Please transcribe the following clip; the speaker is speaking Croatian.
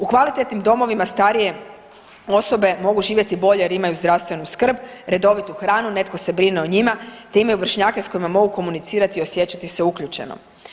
U kvalitetnim domovima starije osobe mogu živjeti bolje jer imaju zdravstvenu skrb, redovitu hranu, netko se brine o njima te imaju vršnjake s kojima mogu komunicirati i osjećati se uključeno.